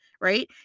Right